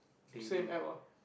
same App ah